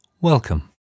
Welcome